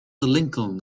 lincoln